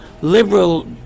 liberal